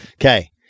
Okay